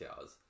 hours